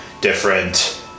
different